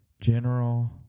General